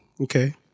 Okay